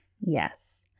yes